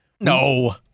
No